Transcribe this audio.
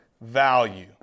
value